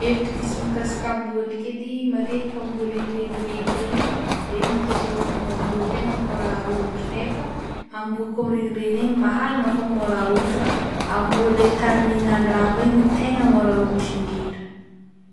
Hevitry diso mikasika amboa ndreky edy matetika amboa le miregniregny regny regny gn'ataon'olo amboa tegna môra romotro nefa amboa kô miregniregny egny mahalagna fô môra romotra fa amboa le tarimigna andragno regny ny tegna môra romotro indrindra.